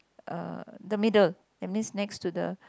uh the middle that means next to the